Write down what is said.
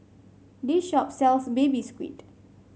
this shop sells Baby Squid